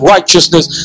Righteousness